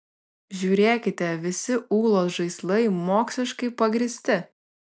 žiūrėkite visi ūlos žaislai moksliškai pagrįsti